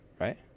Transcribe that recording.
right